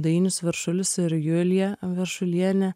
dainius veršulis ir julija veršulienė